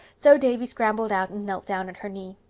so davy scrambled out and knelt down at her knee.